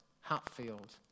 Hatfield